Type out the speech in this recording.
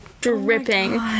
dripping